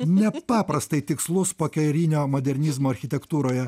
nepaprastai tikslus pokerinio modernizmo architektūroje